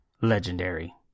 legendary